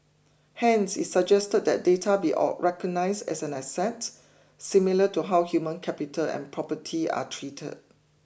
hence it suggested that data be recognised as an asset similar to how human capital and property are treated